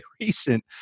recent